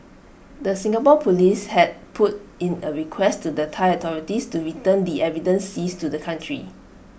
the Singapore Police had put in A request to the Thai authorities to return the evidence seized to the country